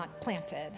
planted